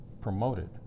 promoted